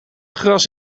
gras